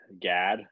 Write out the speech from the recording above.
Gad